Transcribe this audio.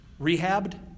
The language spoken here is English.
rehabbed